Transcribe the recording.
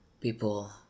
people